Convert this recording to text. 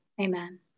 Amen